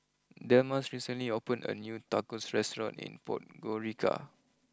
Delmas recently opened a new Tacos restaurant in Podgorica